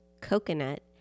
coconut